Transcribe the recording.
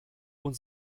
und